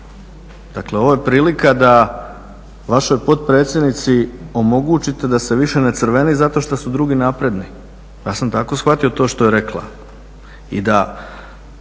Dakle ovo je prilika da vašoj potpredsjednici omogućite da se više ne crveni zato što su drugi napredni, ja sam tako shvatio to što je rekla